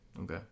Okay